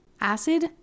acid